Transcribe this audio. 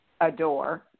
adore